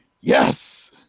Yes